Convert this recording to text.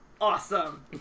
awesome